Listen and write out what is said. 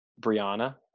Brianna